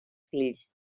fills